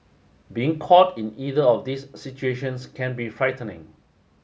being caught in either of these situations can be frightening